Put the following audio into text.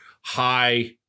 high